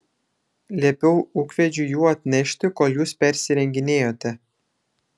liepiau ūkvedžiui jų atnešti kol jūs persirenginėjote